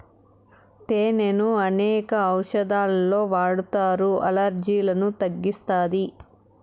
తేనెను అనేక ఔషదాలలో వాడతారు, అలర్జీలను తగ్గిస్తాది